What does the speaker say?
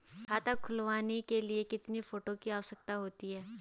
खाता खुलवाने के लिए कितने फोटो की आवश्यकता होती है?